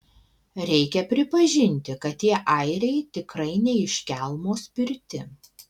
reikia pripažinti kad tie airiai tikrai ne iš kelmo spirti